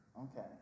Okay